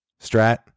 Strat